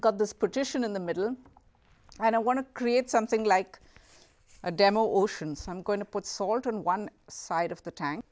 got this position in the middle i don't want to create something like a demo ocean so i'm going to put salt on one side of the tank